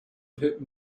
pit